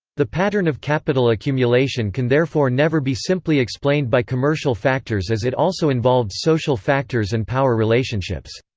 the pattern of capital accumulation can therefore never be simply explained by commercial factors as it also involved social factors and power relationships.